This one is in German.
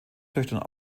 töchtern